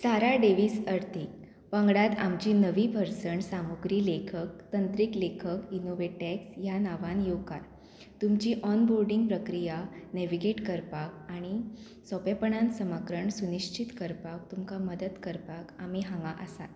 सारा Davis अर्थीक पंगडांत आमची नवी भर्सण सामुग्री लेखक तंत्रीक लेखक इनोवेटॅक्स ह्या नांवान येवकार तुमची ऑनबोर्डींग प्रक्रिया नेविगेट करपाक आनी सोंपेपणान समक्रण सुनिश्चित करपाक तुमकां मदत करपाक आमी हांगा आसात